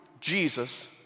Jesus